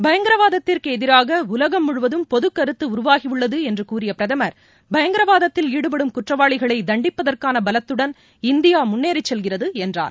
பயங்கரவாதத்திற்கு எதிராக உலகம் முழுவதும் பொது கருத்து உருவாகியுள்ளது என்று கூறிய பிரதமர் பயங்கரவாதத்தில் ஈடுபடும் குற்றவாளிகளை தண்டிப்பதற்கான பலத்துடன் இந்தியா முன்னேறி செல்கிறது என்றார்